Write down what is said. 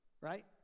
Right